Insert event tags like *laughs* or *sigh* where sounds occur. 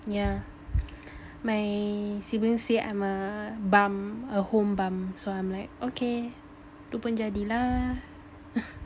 yeah my siblings say I'm a bum a home bum so I'm like okay tu pun jadi lah *laughs*